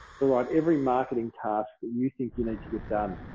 so right, every marketing task, you think you need to get done.